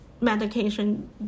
medication